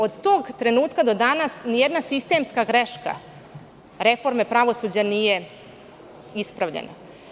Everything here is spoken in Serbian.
Od tog trenutka do danas nijedna sistemska greška reforme pravosuđa nije ispravljena.